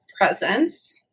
presence